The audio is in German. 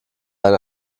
eine